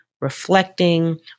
reflecting